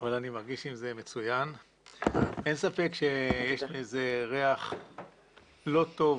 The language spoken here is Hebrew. אין ספק שיש לזה ריח לא טוב